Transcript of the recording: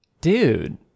Dude